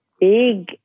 big